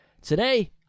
Today